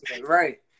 Right